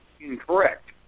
incorrect